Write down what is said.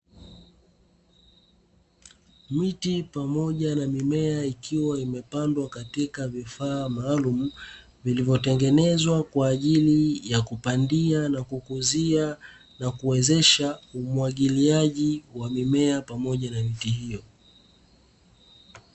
Miti pamoja na mimea ikiwa imepandwa katika vifaa maalumu vilivyotengenezwa, kwa ajili ya kupandia na kukuzia na kuwezesha umwagiliaji wa mimea pamoja na miti hiyo.